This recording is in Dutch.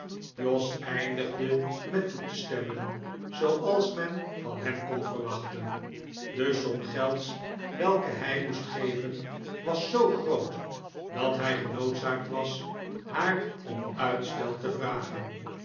jos eindigde met toe te stemmen zooals men van hem kon verwachten de som gelds welke hij moest geven was zoo groot dat hij genoodzaakt was haar om uitstel te vragen